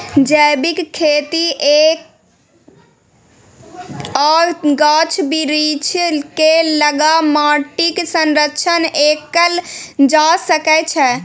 जैबिक खेती कए आ गाछ बिरीछ केँ लगा माटिक संरक्षण कएल जा सकै छै